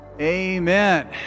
Amen